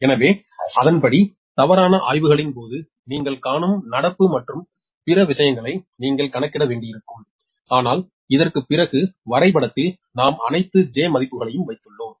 எனவே அதன்படி தவறான ஆய்வுகளின் போது நீங்கள் காணும் நடப்பு மற்றும் பிற விஷயங்களை நீங்கள் கணக்கிட வேண்டியிருக்கலாம் ஆனால் இதற்குப் பிறகு வரைபடத்தில் நாம் அனைத்து 'j' மதிப்புகளையும் வைத்துள்ளோம்